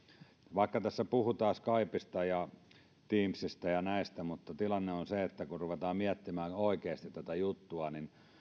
vaikka tässä puhutaan skypesta ja teamsistä ja näistä niin tilanne on se että kun ruvetaan miettimään oikeasti tätä juttua